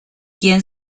quien